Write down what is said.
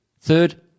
Third